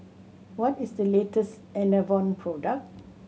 what is the latest Enervon product